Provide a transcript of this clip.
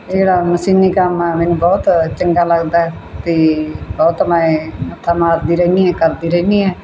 ਇਹ ਜਿਹੜਾ ਮਸ਼ੀਨੀ ਕੰਮ ਆ ਮੈਨੂੰ ਬਹੁਤ ਚੰਗਾ ਲੱਗਦਾ ਹੈ ਅਤੇ ਬਹੁਤ ਮੈਂ ਮੱਥਾ ਮਾਰਦੀ ਰਹਿੰਦੀ ਹਾਂ ਕਰਦੀ ਰਹਿੰਦੀ ਹਾਂ